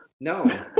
No